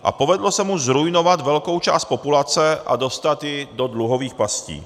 A povedlo se mu zruinovat velkou část populace a dostat ji do dluhových pastí.